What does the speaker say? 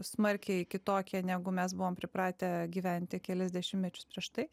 smarkiai kitokie negu mes buvom pripratę gyventi kelis dešimtmečius prieš tai